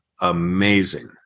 Amazing